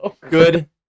Good